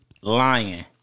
Lying